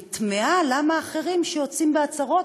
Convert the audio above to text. אני תמהה למה אחרים שיוצאים בהצהרות,